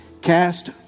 Cast